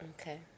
okay